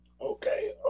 okay